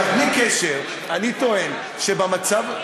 בלי קשר, אני טוען שבמצב,